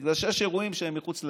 בגלל שיש אירועים שהם מחוץ לעניין,